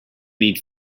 need